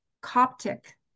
Coptic